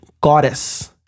goddess